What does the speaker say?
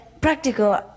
practical